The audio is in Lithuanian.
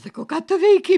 sakau ką tu veiki